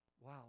wow